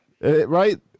Right